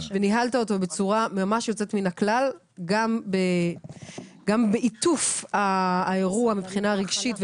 וניהלת אותו בצורה ממש יוצאת מן הכלל גם בעיטוף האירוע מבחינה רגשית.